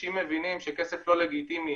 אנשים מבינים שכסף לא לגיטימי